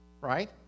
right